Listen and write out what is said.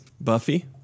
Buffy